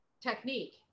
technique